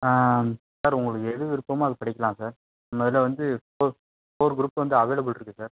sir உங்களுக்கு எது விருப்பமோ அது படிக்கலாம் சார் நம்ம இதில் வந்து ஃபோர் ஃபோர் குரூப் வந்து அவைலபிள் இருக்குது சார்